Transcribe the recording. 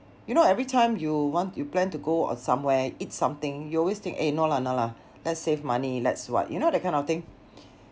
you know every time you want you plan to go on somewhere eat something you always think eh no lah no lah let's save money let's what you know that kind of thing